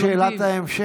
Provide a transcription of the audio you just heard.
מה שאלת ההמשך?